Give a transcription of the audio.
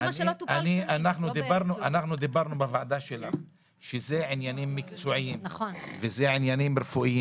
אנחנו דיברנו בוועדה שלך שאלה עניינים מקצועיים ורפואיים,